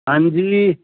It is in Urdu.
ہان جی